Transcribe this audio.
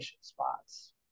spots